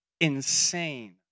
insane